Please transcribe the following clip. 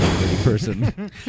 Person